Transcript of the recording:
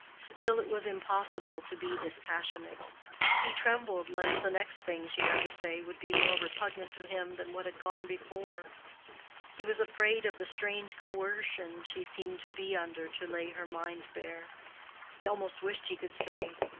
still it was impossible to be dispassionate he trembled lest the next thing she had to say would be more repugnant to him than what had gone before he was afraid of the strange coercion she seemed to be under to lay her mind bare he almost wished he could say,